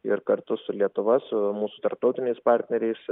ir kartu su lietuva su mūsų tarptautiniais partneriais